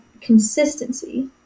consistency